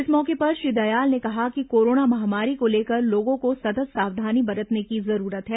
इस मौके पर श्री दयाल ने कहा कि कोरोना महामारी को लेकर लोगों को सतत् सावधानी बरतने की जरूरत है